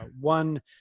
One